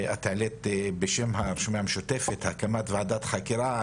את העלית בשם הרשימה המשותפת הקמת ועדת חקירה,